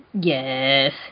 Yes